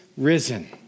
risen